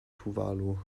tuvalu